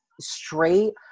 straight